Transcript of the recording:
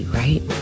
right